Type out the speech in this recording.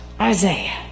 Isaiah